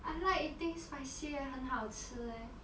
I like eating spicy leh 很好吃 eh